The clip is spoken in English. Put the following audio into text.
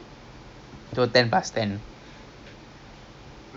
so ya lagi tiga minit